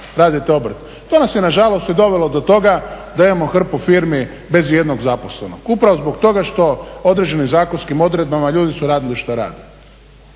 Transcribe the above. To nas je nažalost i dovelo do toga da imamo hrpu firmi bez ijednog zaposlenog. Upravo zbog toga što određenim zakonskim odredbama ljudi su radili što rade.